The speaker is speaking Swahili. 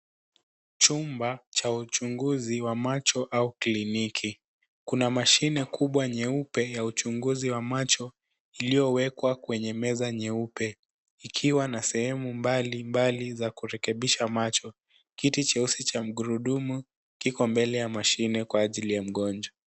Chumba cha uchunguzi wa macho au kliniki. Kuna mashine kubwa nyeupe ya uchunguzi wa macho iliyowekwa kwenye meza nyeupe, ikiwa na sehemu mbalimbali za kurekebisha macho. Kiti cheusi cha magurudumu kiko mbele ya mashine kwa ajili ya mgonjwa.